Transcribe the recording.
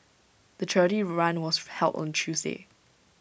the charity run was held on Tuesday